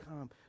come